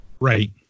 Right